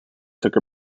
took